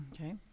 Okay